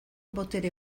botere